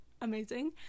amazing